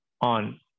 on